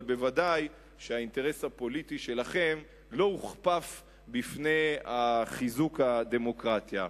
אבל בוודאי האינטרס הפוליטי שלכם לא הוכפף בפני חיזוק הדמוקרטיה.